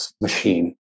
machine